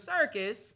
circus